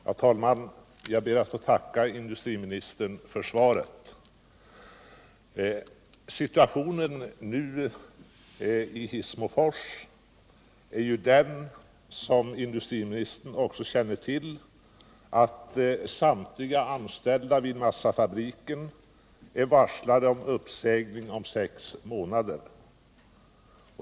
Herr talman! Jag ber att få tacka industriministern för svaret. Situationen i Hissmofors är, som industriministern också känner till, den att samtliga anställda vid massafabriken är varslade om uppsägning om sex månader.